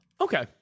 Okay